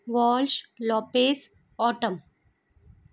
Walsh Lopes autumn